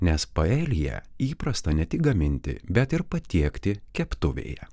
nes paeliją įprasta ne tik gaminti bet ir patiekti keptuvėje